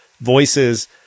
voices